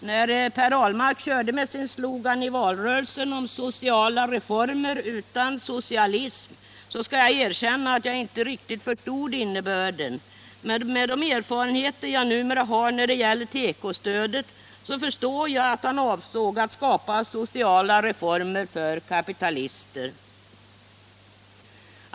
När Per Ahlmark i valrörelsen körde med sin slogan Sociala reformer utan socialism förstod jag inte riktigt innebörden, det skall jag erkänna. Men med de erfarenheter jag numera har när det gäller tekostödet förstår jag att han avsåg att skapa sociala reformer för kapitalisterna.